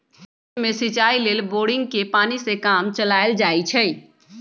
खेत में सिचाई लेल बोड़िंगके पानी से काम चलायल जाइ छइ